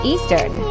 Eastern